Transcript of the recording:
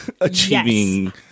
achieving